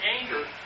anger